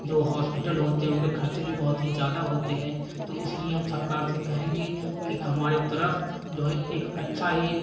जो हॉस्पिटल होते हैं उनके खर्च भी बहोत ही ज्यादा होते हैं तो इसलिए हम सरकार से कहेंगे कि हमारी तरफ जो एक अच्छा ही